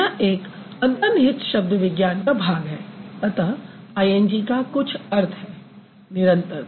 यह एक अंतर्निहित शब्द विज्ञान का भाग है अतः आईएनजी ing का कुछ अर्थ है निरंतरता